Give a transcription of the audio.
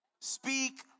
speak